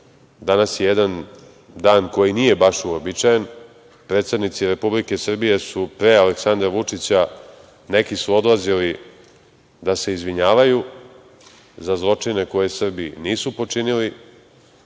BiH.Danas je jedan dan koji nije baš uobičajen. Predsednici Republike Srbije su pre Aleksandra Vučića, neki su odlazili da se izvinjavaju za zločine koje Srbi nisu učinili.